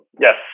Yes